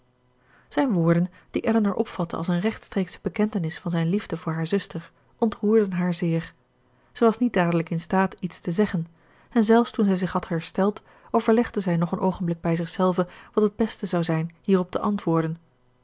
zijne woorden die elinor opvatte als een rechtstreeksche bekentenis van zijn liefde voor hare zuster ontroerden haar zeer zij was niet dadelijk in staat iets te zeggen en zelfs toen zij zich had hersteld overlegde zij nog een oogenblik bij zichzelve wat het beste zou zijn hierop te antwoorden